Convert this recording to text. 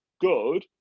good